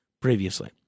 previously